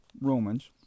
Romans